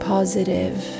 positive